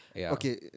okay